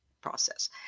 process